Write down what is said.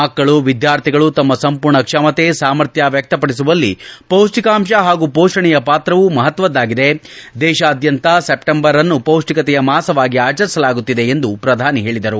ಮಕ್ಕಳು ವಿದ್ಯಾರ್ಥಿಗಳು ತಮ್ಮ ಸಂಪೂರ್ಣ ಕ್ಷಮತೆ ಸಾಮರ್ಥ್ನ ವ್ಯಕ್ತಪಡಿಸುವಲ್ಲಿ ಪೌಷ್ಟಿಕಾಂಶ ಹಾಗೂ ಪೋಷಣೆಯ ಪಾತ್ರವೂ ಮಪತ್ತದ್ದಾಗಿದೆ ದೇಶಾದ್ಯಂತ ಸೆಪ್ಸೆಂಬರ್ ಅನ್ನು ಪೌಷ್ಟಿಕತೆಯ ಮಾಸವಾಗಿ ಆಚರಿಸಲಾಗುತ್ತಿದೆ ಎಂದು ಅವರು ಹೇಳಿದರು